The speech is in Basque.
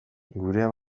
gurea